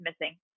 missing